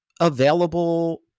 available